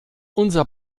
unser